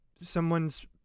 someone's